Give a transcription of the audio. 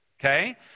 Okay